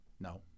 No